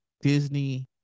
disney